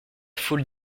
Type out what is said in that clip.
foule